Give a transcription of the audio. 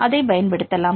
அதைப் பயன்படுத்தலாம்